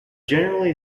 generally